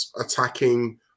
attacking